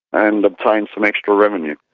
and obtain some extra revenue.